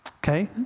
Okay